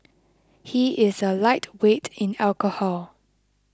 he is a lightweight in alcohol